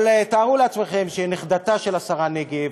אבל תארו לעצמכם שנכדתה של השרה רגב,